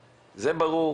ברור,